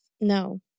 No